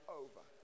over